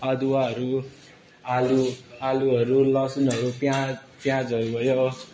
अदुवाहरू आलु आलुहरू लसुनहरू प्याज प्याजहरू भयो